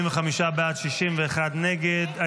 45 בעד, 61 נגד.